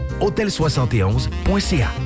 hôtel71.ca